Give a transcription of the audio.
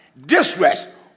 distress